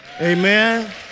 Amen